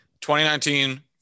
2019